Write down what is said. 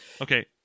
Okay